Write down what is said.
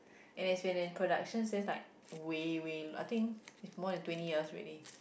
it's been in production since like way way I think it's more than twenty years already